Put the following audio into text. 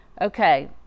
Okay